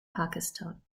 pakistan